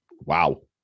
wow